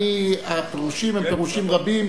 הפירושים הם פירושים רבים.